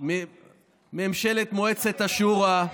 ממשלת מועצת השורא,